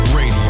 Radio